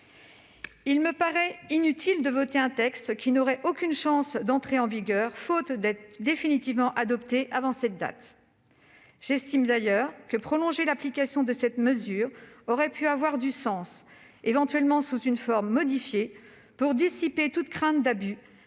la proposition de loi n'aurait aucune chance d'entrer en vigueur, faute d'être définitivement adoptée avant cette date ... Au contraire, j'estime que prolonger l'application de cette mesure aurait pu avoir du sens, éventuellement sous une forme modifiée pour dissiper toute crainte d'abus.